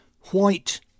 white